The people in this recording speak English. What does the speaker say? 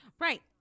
Right